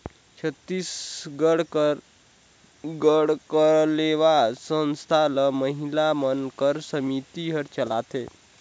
छत्तीसगढ़ कर गढ़कलेवा संस्था ल महिला मन कर समिति हर चलाथे